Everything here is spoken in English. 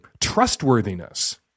trustworthiness